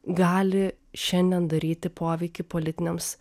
gali šiandien daryti poveikį politiniams